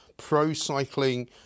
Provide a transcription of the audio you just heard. pro-cycling